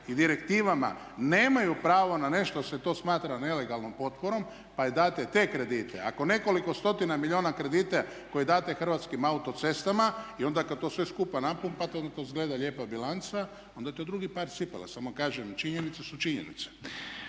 i direktivama nemaju pravo na nešto jer se to smatra nelegalnom potporom, pa joj date te kredite. Ako nekoliko stotina milijuna kredita koje date Hrvatskim autocestama i onda kad to sve skupa napumpate, onda to izgleda lijepa bilanca, onda je to drugi par cipela. Samo kažem, činjenice su činjenice.